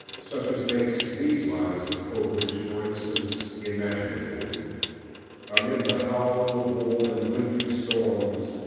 such as makes these lines of coleridge, for instance, imaginative amid the howl of more than wintry storms,